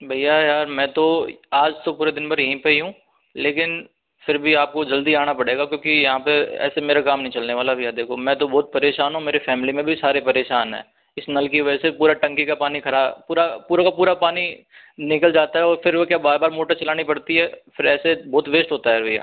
भैया यार मैं तो आज तो पूरा दिनभर यहीं पर ही हूँ लेकिन फिर भी आपको जल्दी आना पड़ेंगा क्योंकि यहाँ पर ऐसा मेरा काम नहीं चलने वाला भैया देखो मैं तो बहुत परेशान हूँ मेरी फ़ैमिली में भी सारे परेशान हैं इस नल की वजह से पूरा टंकी का पानी पूरा पूरा का पूरा पानी निकल जाता है और फिर वो क्या बार बार मोटर चलानी पड़ती है फिर ऐसे बहुत वेस्ट होता है भैया